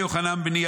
יוחנן בני,